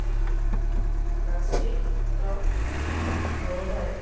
plastic cloth hanger